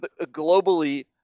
globally –